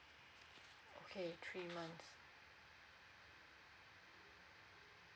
okay three months